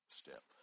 step